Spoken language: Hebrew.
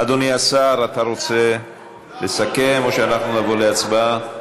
אדוני השר, אתה רוצה לסכם או שאנחנו נעבור להצבעה?